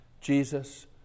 Jesus